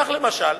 כך, למשל,